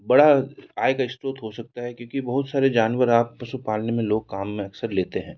बड़ा आय का स्रोत हो सकता है क्योंकि बहुत सारे जानवर आप पशु पालने में लोग काम में अक्सर लेते हैं